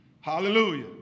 Hallelujah